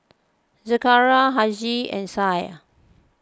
Zakaria Aishah and Syah